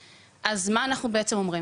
אנחנו בעצם אומרים,